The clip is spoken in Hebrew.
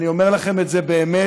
ואני אומר לכם את זה באמת